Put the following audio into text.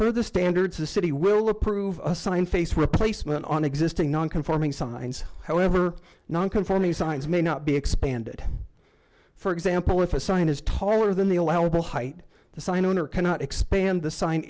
but of the standards the city will approve assign face replacement on existing non conforming signs however non conforming signs may not be expanded for example if a sign is taller than the allowable height the sign owner cannot expand the sign